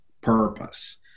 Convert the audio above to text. purpose